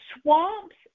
swamps